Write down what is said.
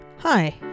Hi